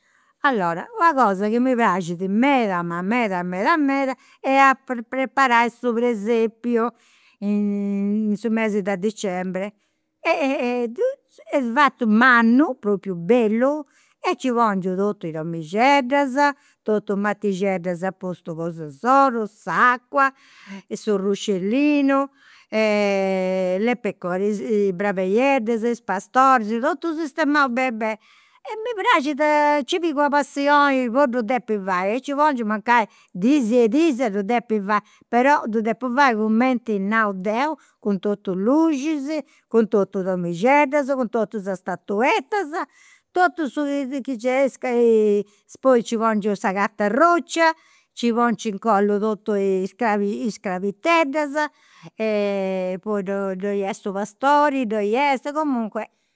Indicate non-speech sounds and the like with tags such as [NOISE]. Allora, una cosa chi mi praxit meda ma meda meda meda est a preparai su presepiu [HESITATION] in su mese de dicembre. [HESITATION] Est fatu mannu, propriu bellu, e nci pongiu totu is domixeddas, totus matixeddas a postu cos'insoru, s'acua, su ruscellino, [HESITATION] le peco, is brabeieddas, is pastoris, totu sistemau beni beni. E mi praxit, nci pigu una passioni po ddu depi fai, e nci pongiu mancai dis e dis a ddu [UNINTELLIGIBLE] fai. Però ddu depu fai cumenti nau deu, cun totu i' luxis, cun totu i' domixeddas, cun totu is statueddas, totu su chi nc'est. [UNINTELLIGIBLE] Poi nci pongiu sa carta roccia, nci pongiu nci incollu totu is crabis is crabiteddas e poi ddoi ddoi est su pastori ddoi est, comunque